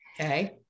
Okay